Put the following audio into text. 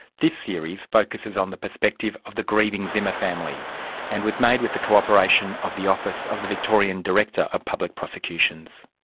this series focuses on the perspective of the grieving zimmer family and was made with the co-operation of the office of the victorian director of public prosecutions.